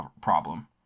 problem